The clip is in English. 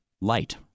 light